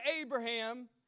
Abraham